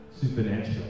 supernatural